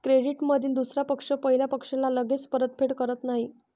क्रेडिटमधील दुसरा पक्ष पहिल्या पक्षाला लगेच परतफेड करत नाही